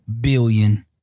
billion